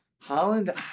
Holland